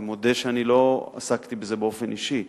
אני מודה שלא עסקתי בזה באופן אישי,